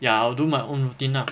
ya I'll do my own routine lah